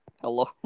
Hello